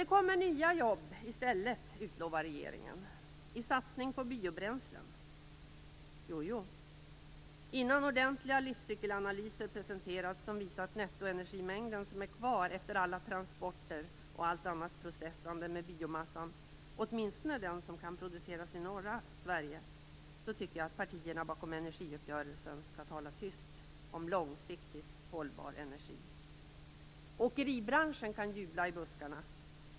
Det kommer nya jobb i stället, utlovar regeringen - i form av en satsning på biobränslen. Jojo! Innan ordentliga livscykelanalyser presenterats som visar att den nettoenergimängd som är kvar efter alla transporter och allt annat processande med biomassan - åtminstone när det gäller den som kan produceras i norra Sverige - tycker jag att partierna bakom energiuppgörelsen skall tala tyst om långsiktigt hållbar energi. Åkeribranschen kan jubla i buskarna.